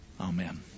Amen